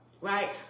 right